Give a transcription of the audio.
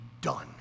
done